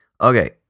Okay